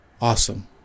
awesome